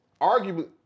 arguably